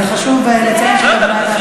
חשוב לציין שהכוונה הייתה אחרת.